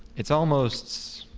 its almost,